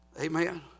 Amen